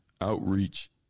outreach